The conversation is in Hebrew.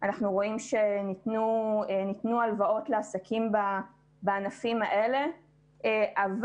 אנחנו רואים שניתנו הלוואות לעסקים בענפים האלה אבל,